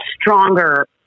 stronger